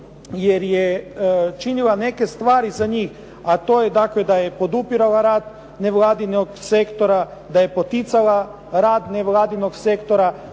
jer je činila neke stvari za njih a to je dakle da je podupirala rad nevladinog sektora, da je poticala rad nevladinog sektora,